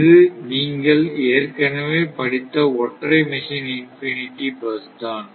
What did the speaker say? இது நீங்கள் ஏற்கனவே படித்த ஒற்றை மெஷின் இன்பினிட்டி பஸ் தான்